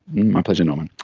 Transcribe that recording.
my pleasure norman.